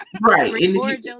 right